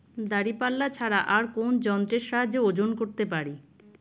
দাঁড়িপাল্লা ছাড়া আর কোন যন্ত্রের সাহায্যে ওজন করতে পারি?